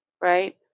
right